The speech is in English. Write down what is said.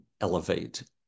elevate